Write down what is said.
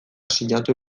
sinatu